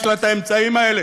ויש לה את האמצעים האלה,